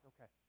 Okay